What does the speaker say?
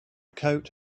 coat